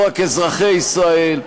לא רק אזרחי ישראל.